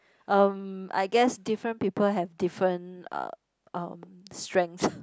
um I guess different people have different uh um strengths